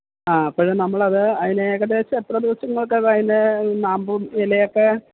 ആ അപ്പഴ് നമ്മളത് അതിന് ഏകദേശം എത്ര ദിവസന്തൊട്ടതയ്ന് നാമ്പും ഇലയൊക്ക്